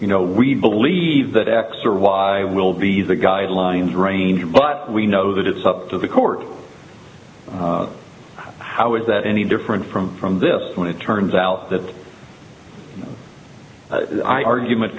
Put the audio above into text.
you know we believe that x or y will be the guidelines range but we know that it's up to the court how is that any different from from this when it turns out that the argument